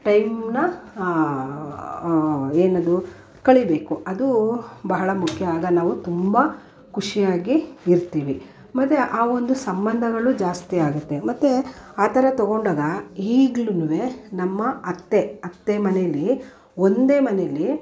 ಟೈಮ್ನ ಏನದು ಕಳಿಬೇಕು ಅದು ಬಹಳ ಮುಖ್ಯ ಆಗ ನಾವು ತುಂಬ ಖುಷಿಯಾಗಿ ಇರ್ತೀವಿ ಮತ್ತೆ ಆ ಒಂದು ಸಂಬಂಧಗಳು ಜಾಸ್ತಿ ಆಗುತ್ತೆ ಮತ್ತೆ ಆ ಥರ ತೊಗೊಂಡಾಗ ಈಗಲೂನೂ ನಮ್ಮ ಅತ್ತೆ ಅತ್ತೆ ಮನೆಯಲ್ಲಿ ಒಂದೇ ಮನೆಯಲ್ಲಿ